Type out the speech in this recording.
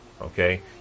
Okay